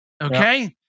okay